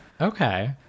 Okay